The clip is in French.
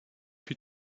plus